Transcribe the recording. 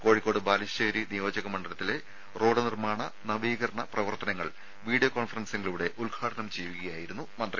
കോഴിക്കോട് ബാലുശേരി നിയോജക മണ്ഡലത്തിലെ റോഡ് നിർമ്മാണ നവീകരണ പ്രവർത്തനങ്ങൾ വീഡിയോ കോൺഫറൻസിങ്ങിലൂടെ ഉദ്ഘാടനം ചെയ്യുകയായിരുന്നു മന്ത്രി